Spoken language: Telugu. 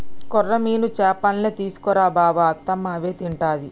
కొర్రమీను చేపల్నే తీసుకు రా బావ అత్తమ్మ అవే తింటది